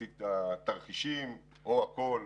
הציג את התרחישים הכול,